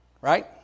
Right